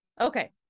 Okay